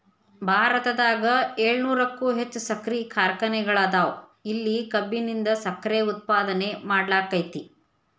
ಭಾರತದಾಗ ಏಳುನೂರಕ್ಕು ಹೆಚ್ಚ್ ಸಕ್ಕರಿ ಕಾರ್ಖಾನೆಗಳದಾವ, ಇಲ್ಲಿ ಕಬ್ಬಿನಿಂದ ಸಕ್ಕರೆ ಉತ್ಪಾದನೆ ಮಾಡ್ಲಾಕ್ಕೆತಿ